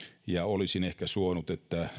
ja olisin ehkä suonut